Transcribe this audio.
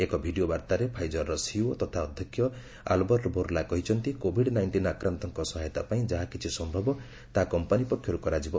ଏକ ଭିଡ଼ିଓ ବାର୍ତ୍ତାରେ ଫାଇଜରର ସିଇଓ ତଥା ଅଧ୍ୟକ୍ଷ ଆଲ୍ବର୍ଟ ବୋର୍ଲା କହିଛନ୍ତି କୋବିଡ ନାଇଷ୍ଟିନ୍ ଆକ୍ରାନ୍ତଙ୍କ ସହାୟତା ପାଇଁ ଯାହା କିଛି ସମ୍ଭବ ତାହା କମ୍ପାନୀ ପକ୍ଷରୁ କରାଯିବ